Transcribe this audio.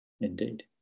Indeed